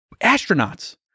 Astronauts